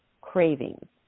cravings